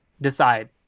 decide